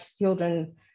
children